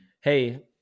Hey